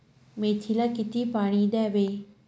मेथीला किती पाणी द्यावे?